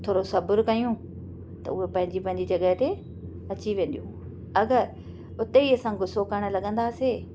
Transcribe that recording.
थोरो सब्र कयूं त उहा पंहिंजी पंहिंजी जॻहि ते अची वेंदियूं अगरि हुते ई असां गुसो करणु लॻंदासीं